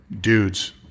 dudes